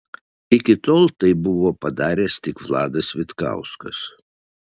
iki tol tai buvo padaręs tik vladas vitkauskas